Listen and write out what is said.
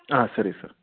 ಹಾಂ ಸರಿ ಸರ್